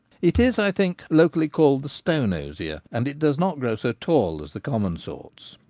it is, i think, locally called the stone osier, and it does not grow so tall as the common sorts.